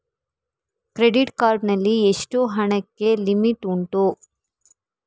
Credit card ನಲ್ಲಿ ಎಷ್ಟು ಹಣಕ್ಕೆ ಲಿಮಿಟ್ ಉಂಟು?